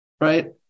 Right